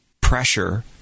pressure